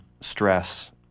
stress